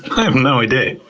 i have no idea!